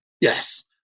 Yes